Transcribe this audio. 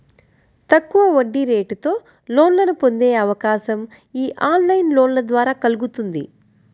తక్కువ వడ్డీరేటుతో లోన్లను పొందే అవకాశం యీ ఆన్లైన్ లోన్ల ద్వారా కల్గుతుంది